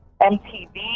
MTV